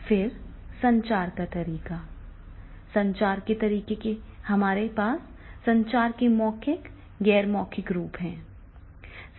फिर संचार का तरीका संचार के तरीके में हमारे पास संचार के मौखिक गैर मौखिक रूप हैं